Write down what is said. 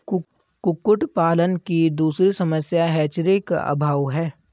कुक्कुट पालन की दूसरी समस्या हैचरी का अभाव है